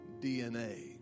DNA